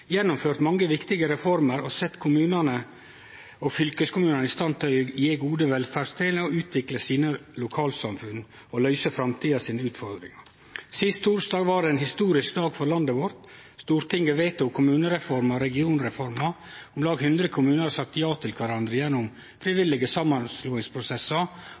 gjennomført mange viktige reformer og sett kommunane og fylkeskommunane i stand til å gje gode velferdstenester, utvikle lokalsamfunna og løyse utfordringane i framtida. Sist torsdag var ein historisk dag for landet vårt. Stortinget vedtok kommunereforma og regionreforma. Om lag 100 kommunar har sagt ja til kvarandre gjennom frivillige samanslåingsprosessar,